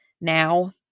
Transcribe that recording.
Now